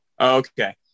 Okay